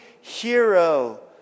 hero